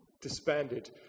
disbanded